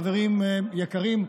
חברים יקרים,